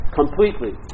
completely